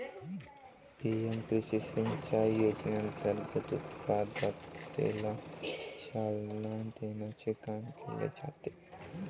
PM कृषी सिंचाई योजनेअंतर्गत उत्पादकतेला चालना देण्याचे काम केले जाते